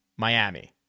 Miami